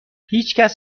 هیچکس